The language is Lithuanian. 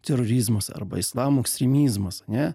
terorizmas arba islamo ekstremizmas ane